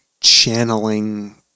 channeling